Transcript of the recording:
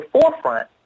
forefront